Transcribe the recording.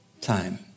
time